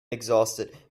exhausted